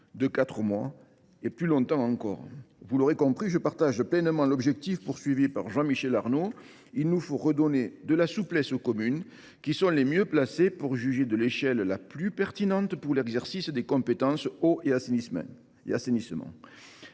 débuté il y a plus de quatre mois. Vous l’aurez compris, je partage pleinement l’objectif exprimé par le texte de Jean Michel Arnaud : il nous faut redonner de la souplesse aux communes, qui sont les mieux placées pour juger de l’échelle la plus pertinente pour l’exercice des compétences « eau » et « assainissement